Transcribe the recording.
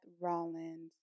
Rollins